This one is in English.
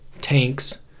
tanks